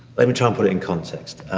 let me try and put it in context.